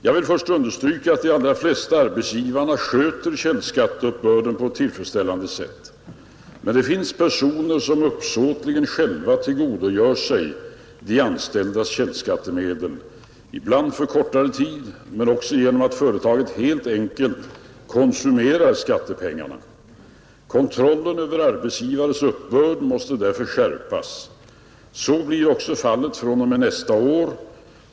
Jag vill först understryka att de allra flesta arbetsgivare sköter källskatteuppbörden på ett tillfredsställande sätt. Men det finns personer som uppsåtligen själva tillgodogör sig de anställdas källskattemedel, ibland för kortare tid men också genom att företaget helt enkelt konsumerar skattepengarna. Kontrollen över arbetsgivares uppbörd måste därför skärpas. Så blir också fallet fr.o.m. nästa år.